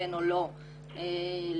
בעניין הזה אנחנו